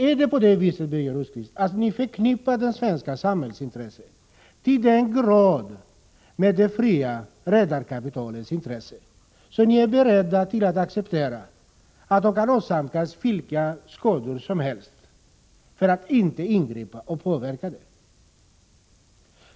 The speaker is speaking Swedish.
Är det på det viset, Birger Rosqvist, att ni förknippar det svenska samhällsintresset så till den grad med det fria redarkapitalets intressen att ni är beredda att acceptera att handelsflottan kan åsamkas vilka skador som helst utan att man bör ingripa och påverka förloppet?